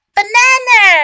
Banana